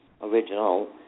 original